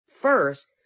First